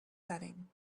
setting